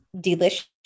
delicious